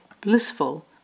blissful